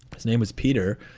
his name was peter.